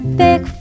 big